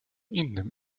innym